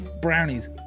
Brownies